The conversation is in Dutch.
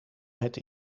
het